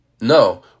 No